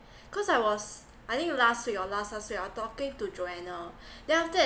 cause I was I think last week or last last week I was talking to joanna then after that